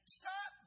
stop